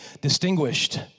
distinguished